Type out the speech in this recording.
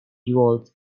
devout